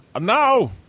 now